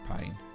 pain